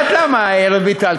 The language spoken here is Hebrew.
את יודעת למה, רויטל?